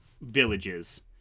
villages